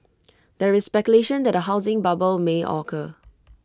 there is speculation that A housing bubble may occur